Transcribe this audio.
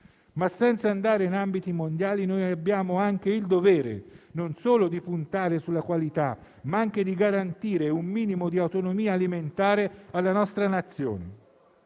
però andare in ambiti mondiali, noi abbiamo il dovere non solo di puntare sulla qualità, ma anche di garantire un minimo di autonomia alimentare alla nostra Nazione.